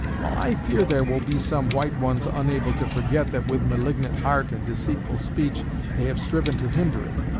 while i fear there will be some white ones unable to forget that with malignant heart and deceitful speech they have striven to hinder it.